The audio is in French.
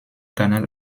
canal